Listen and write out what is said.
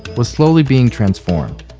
was slowly being transformed.